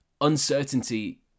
uncertainty